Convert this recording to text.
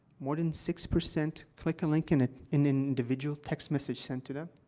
more than six percent click a link in an in an individual text message sent to them.